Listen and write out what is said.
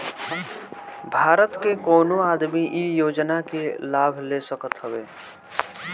भारत के कवनो आदमी इ योजना के लाभ ले सकत हवे